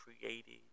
created